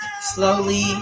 slowly